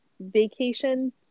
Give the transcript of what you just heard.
vacation